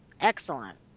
Excellent